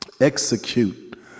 Execute